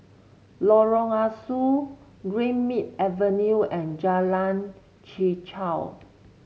Lorong Ah Soo Greenmead Avenue and Jalan Chichau